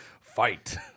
fight